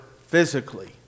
physically